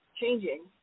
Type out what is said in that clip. changing